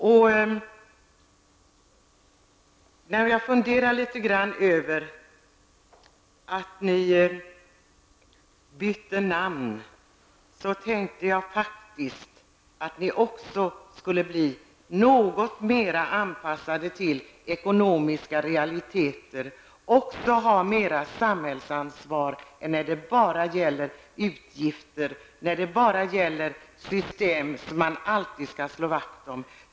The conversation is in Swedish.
Efter litet funderingar över detta med att ni har bytt namn tänkte jag faktiskt att ni nu skulle anpassa er något till de ekonomiska realiteterna och att ni skulle känna ett samhällsansvar även på områden där det inte handlar om enbart utgifter och om system som ni tycker att man skall slå vakt om.